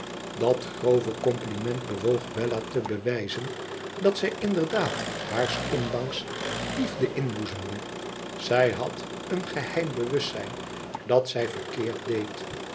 dat grove compliment bewoog bella te bewijzen dat zij inderdaad haars ondanks liefde mboezemde zij had een geheim bewustzijn dat zij verkeerd deed